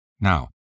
Now